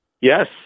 Yes